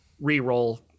re-roll